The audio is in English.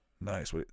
Nice